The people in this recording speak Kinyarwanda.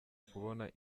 kubona